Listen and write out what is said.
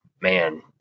man